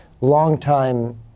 long-time